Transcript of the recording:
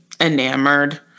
enamored